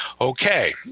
Okay